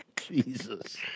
Jesus